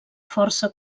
força